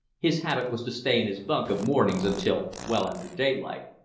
his habit was to stay in his bunk of mornings until well after daylight.